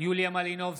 יוליה מלינובסקי,